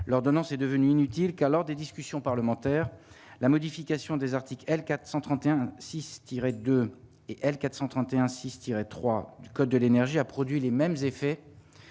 l'ordonnance est devenue inutile car lors des discussions parlementaires, la modification des articles L. 431 six tiré de et L. 431 6 3 du code de l'énergie a produit les mêmes effets